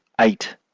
eight